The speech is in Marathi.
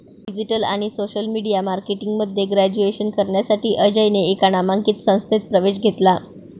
डिजिटल आणि सोशल मीडिया मार्केटिंग मध्ये ग्रॅज्युएशन करण्यासाठी अजयने एका नामांकित संस्थेत प्रवेश घेतला